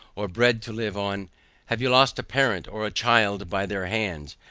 or bread to live on have you lost a parent or a child by their hands,